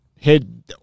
Head